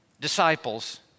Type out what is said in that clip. disciples